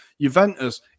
Juventus